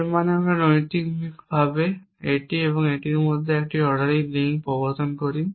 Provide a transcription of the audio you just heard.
এর মানে আমরা নৈমিত্তিকভাবে এটি এবং এটির মধ্যে একটি অর্ডারিং লিঙ্ক প্রবর্তন করি